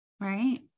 Right